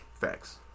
Facts